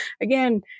again